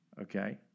Okay